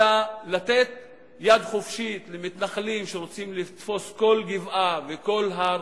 אלא לתת יד חופשית למתנחלים שרוצים לתפוס כל גבעה וכל הר,